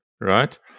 Right